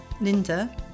linda